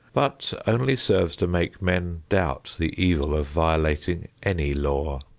but only serves to make men doubt the evil of violating any law.